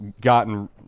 gotten